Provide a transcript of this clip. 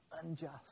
unjust